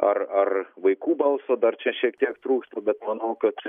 ar ar vaikų balso dar čia šiek tiek trūksta bet manau kad